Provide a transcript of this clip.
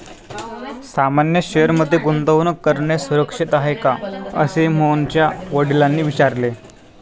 सामान्य शेअर मध्ये गुंतवणूक करणे सुरक्षित आहे का, असे मोहनच्या वडिलांनी विचारले